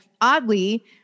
oddly